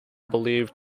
believed